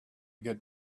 get